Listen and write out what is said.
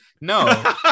no